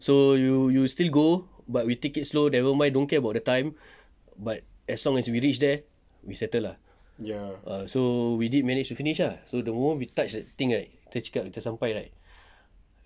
so you you still go but we take it slow never mind don't care about the time but as long as we reach there we settle ah ah so we did manage to finish ah so the moment we touch that thing right kita cakap kita sampai right